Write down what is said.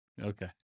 Okay